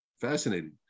Fascinating